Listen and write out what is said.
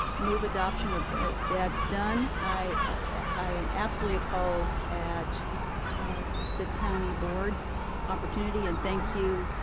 move adoption of that's done, i am absolutely appalled at the county board's opportunity and thank you,